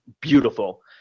Beautiful